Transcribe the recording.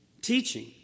teaching